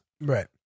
Right